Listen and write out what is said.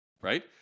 right